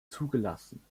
zugelassen